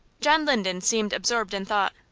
john linden seemed absorbed in thought.